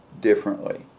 differently